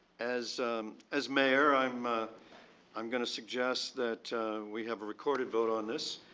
as as mayor, i'm ah i'm going to suggest that we have a recorded vote on this.